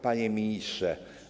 Panie Ministrze!